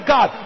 God